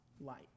light